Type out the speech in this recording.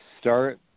start